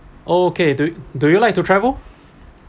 okay do you do you like to travel